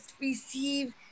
receive